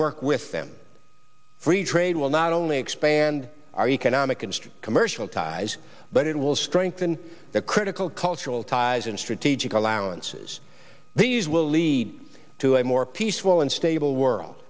work with them free trade will not only expand our economic and strict commercial ties but it will strengthen the critical cultural ties and strategic allowances these will lead to a more peaceful and stable world